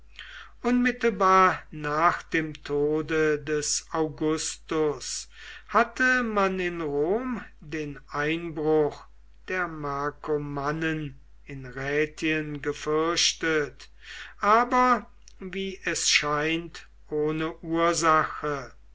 unmittelbar nach dem tode des augustus hatte man in rom den einbruch der markomannen in rätien gefürchtet aber wie es scheint ohne ursache